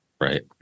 Right